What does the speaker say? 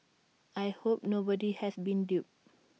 I hope nobody has been duped